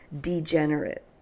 degenerate